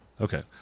Okay